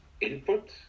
input